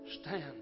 stand